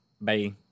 Bye